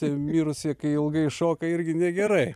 tie mirusieji kai ilgai šoka irgi negerai